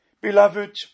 beloved